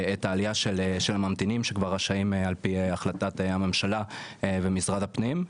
את העלייה של הממתינים שכבר רשאים על פי החלטת הממשלה ומשרד הפנים,